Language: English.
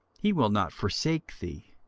he will not forsake thee,